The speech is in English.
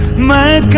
my